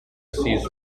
seized